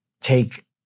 take